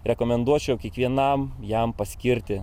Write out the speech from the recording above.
rekomenduočiau kiekvienam jam paskirti